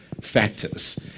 factors